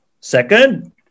Second